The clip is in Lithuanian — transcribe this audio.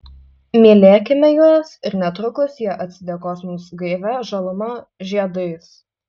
mylėkime juos ir netrukus jie atsidėkos mums gaivia žaluma žiedais